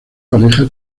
pareja